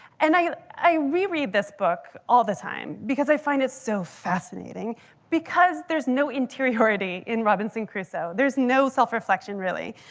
and i i reread this book all the time, because i find it so fascinating because there's no interiority in robinson crusoe. there's no self reflection really.